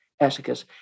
etiquette